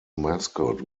mascot